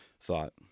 thought